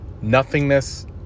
nothingness